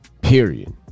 period